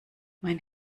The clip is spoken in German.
mein